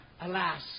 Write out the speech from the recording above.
Alas